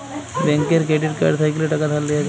ব্যাংকের credit card থ্যাইকলে টাকা ধার লিয়া যায়